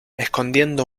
escondiendo